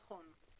נכון.